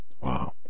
Wow